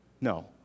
No